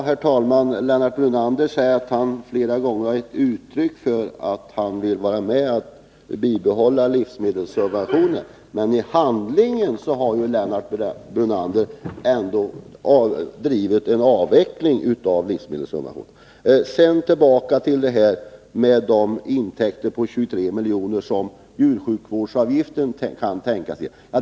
Herr talman! Lennart Brunander säger att han flera gånger har gett uttryck för att han vill bibehålla livsmedelssubventionerna. Men i handling har Lennart Brunander varit för en avveckling av dessa subventioner. Jag vill gå tillbaka till detta att djursjukvårdsavgifterna kan tänkas ge ökade intäkter på 23 milj.kr.